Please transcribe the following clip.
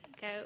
go